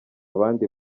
abandi